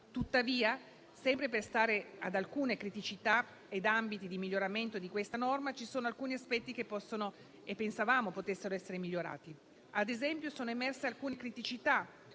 Tuttavia, sempre per restare ad alcune criticità ed ambiti di miglioramento di questa norma, vi sono alcuni aspetti che possono e pensavamo potessero essere migliorati. Ad esempio, sono emerse alcune criticità